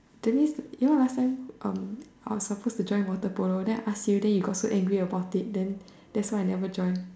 that means you know last time I was supposed to join water polo then I ask you then you got so angry about it then that's why I never join